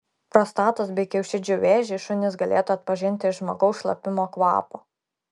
prostatos bei kiaušidžių vėžį šunys galėtų atpažinti iš žmogaus šlapimo kvapo